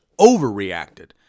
overreacted